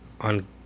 on